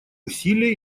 усилия